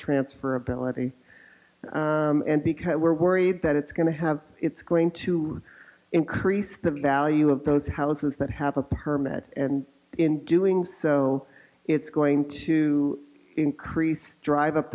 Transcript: transferability and because we're worried that it's going to have it's going to increase the value of those houses that have a permit and in doing so it's going to increase drive up